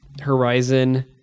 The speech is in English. Horizon